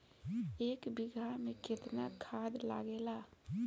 एक बिगहा में केतना खाद लागेला?